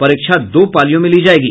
परीक्षा दो पालियों में ली जायेगी